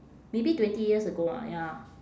maybe twenty years ago ah ya